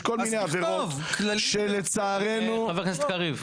אז תכתוב --- חבר הכנסת קריב,